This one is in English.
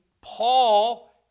Paul